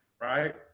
Right